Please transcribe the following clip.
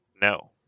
no